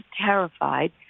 terrified